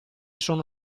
sono